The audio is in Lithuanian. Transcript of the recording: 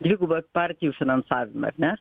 dvigubą partijų finansavimą ar ne